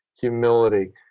humility